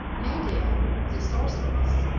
medea, the sorceress,